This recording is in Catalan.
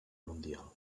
mundial